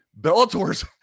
Bellator's